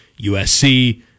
USC